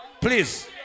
please